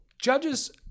judges